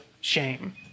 shame